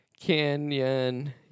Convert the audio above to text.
Canyon